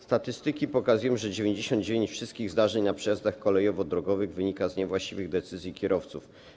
Statystyki pokazują, że 99% wszystkich zdarzeń na przejazdach kolejowo-drogowych wynika z niewłaściwych decyzji kierowców.